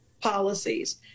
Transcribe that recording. policies